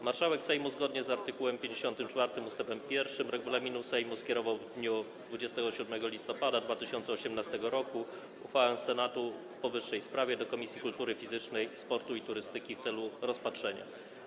Marszałek Sejmu, zgodnie z art. 54 ust. 1 regulaminu Sejmu, skierował w dniu 27 listopada 2018 r. uchwałę Senatu w powyższej sprawie do Komisji Kultury Fizycznej, Sportu i Turystyki w celu rozpatrzenia.